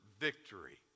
victory